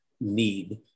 need